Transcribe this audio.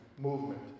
movement